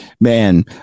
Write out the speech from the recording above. man